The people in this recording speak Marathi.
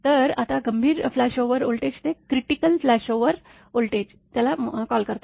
तर आता गंभीर फ्लॅशओव्हर व्होल्टेज ते CFO कॉल करतात